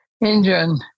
Engine